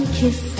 kiss